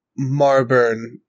Marburn